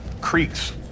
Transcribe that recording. creeks